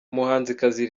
umuhanzikazi